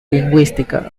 lingüística